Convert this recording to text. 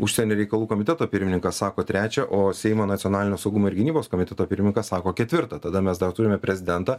užsienio reikalų komiteto pirmininkas sako trečia o seimo nacionalinio saugumo ir gynybos komiteto pirmininkas sako ketvirta tada mes dar turime prezidentą